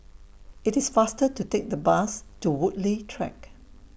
IT IS faster to Take The Bus to Woodleigh Track